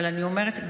אבל אני אומרת,